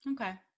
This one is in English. Okay